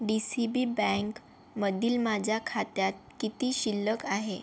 D C B बँकमधील माझ्या खात्यात किती शिल्लक आहे